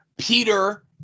Peter